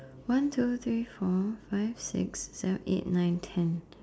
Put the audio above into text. one two three four five six seven eight nine ten